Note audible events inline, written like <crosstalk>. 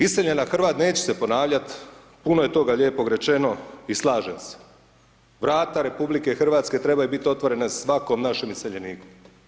Iseljena … <unintelligible> neće se ponavljati, puno je toga lijepog rečeno i slažem se, vrata RH, trebaju biti otvorena svakom našem iseljeniku.